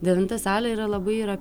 devinta salė yra labai yra